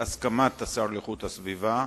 בהסכמת השר לאיכות הסביבה,